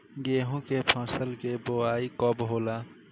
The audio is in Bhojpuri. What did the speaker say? गेहूं के फसल के बोआई कब होला?